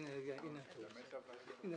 יוליה לרנר שניר,